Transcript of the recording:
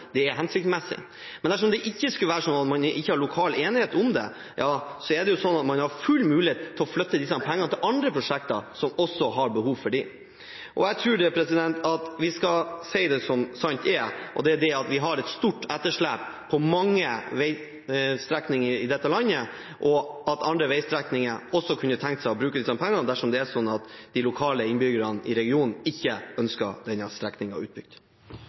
det er hensiktsmessig. Men dersom det skulle være slik at man ikke har lokal enighet om det, har man full mulighet til å flytte disse pengene til andre prosjekter som også har behov for dem. Jeg tror vi skal si det som sant er: Vi har et stort etterslep på mange veistrekninger i dette landet, og andre veistrekninger kunne hatt bruk for disse pengene dersom det er slik at de lokale innbyggerne i regionen ikke ønsker denne